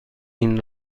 این